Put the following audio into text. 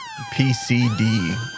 PCD